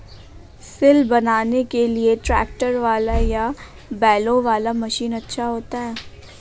सिल बनाने के लिए ट्रैक्टर वाला या बैलों वाला मशीन अच्छा होता है?